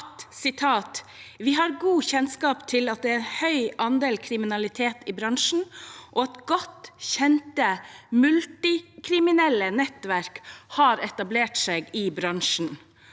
«Vi har hatt god kjennskap til at det er en høy andel kriminalitet i bransjen, og at godt kjente multikriminelle nettverk har etablert seg i bransjen.»